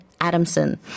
Adamson